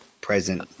present